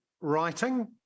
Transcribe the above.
writing